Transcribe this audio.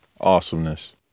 awesomeness